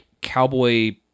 cowboy